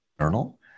journal